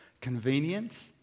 convenient